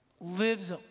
lives